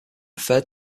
referred